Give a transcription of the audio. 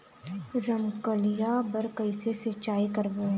रमकलिया बर कइसे सिचाई करबो?